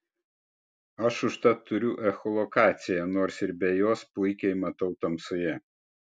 aš užtat turiu echolokaciją nors ir be jos puikiai matau tamsoje